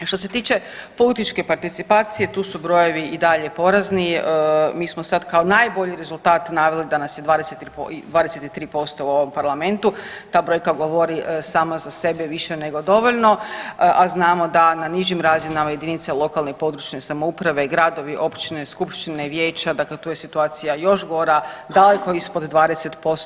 Što se tiče političke participacije tu su brojevi i dalje porazni, mi smo sad kao najbolji rezultat naveli da nas je 23% u ovom parlamentu, ta brojka govori sama za sebe više nego dovoljno, a znamo da na nižim razinama jedinica lokalne i područne samouprave, gradovi, općine, skupštine i vijeća, dakle tu je situacija još gora, daleko ispod 20%